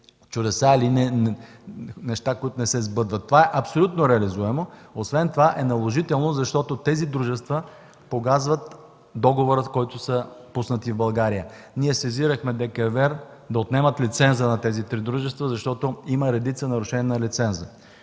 чудеса или неща, които не се сбъдват. Това е абсолютно реализуемо. Освен това е наложително, защото тези дружества погазват договора, с който са пуснати в България. Ние сезирахме ДКЕВР да отнеме лиценза на тези три дружества, защото има редица нарушения на лиценза.